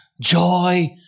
joy